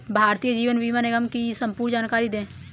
भारतीय जीवन बीमा निगम की संपूर्ण जानकारी दें?